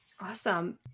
Awesome